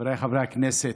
חבריי חברי הכנסת,